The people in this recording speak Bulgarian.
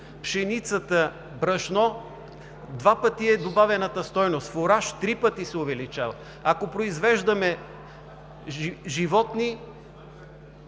пшеницата брашно, два пъти е добавената стойност, фураж – три пъти се увеличава, ако произвеждаме животни